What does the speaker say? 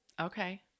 Okay